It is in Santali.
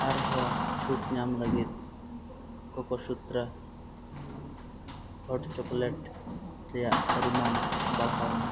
ᱟᱨᱦᱚᱸ ᱪᱷᱩᱴ ᱧᱟᱢ ᱞᱟᱹᱜᱤᱫ ᱠᱳᱠᱳᱥᱩᱛᱨᱟ ᱦᱚᱴ ᱪᱚᱠᱳᱞᱮᱴ ᱨᱮᱭᱟᱜ ᱯᱟᱨᱤᱢᱟᱱ ᱵᱟᱲᱦᱟᱣ ᱢᱮ